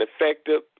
effective